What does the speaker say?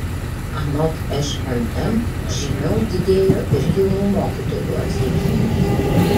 anot šmm žymiau didėjo ir jaunų mokytojų atlyginimai